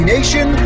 Nation